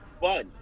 fun